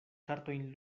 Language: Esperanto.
kartojn